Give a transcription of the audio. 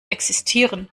existieren